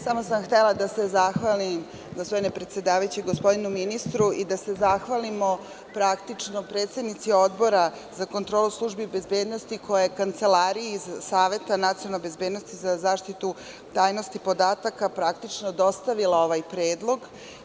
Samo sam htela da se zahvalim gospodinu ministru i da se zahvalimo predsednici Odbora za kontrolu službi bezbednosti, koja je Kancelariji saveta nacionalne bezbednosti za zaštitu tajnosti podataka praktično dostavila ovaj predlog.